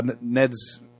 Ned's